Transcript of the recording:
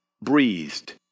breathed